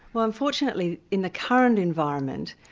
well unfortunately in the current environment,